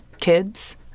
kids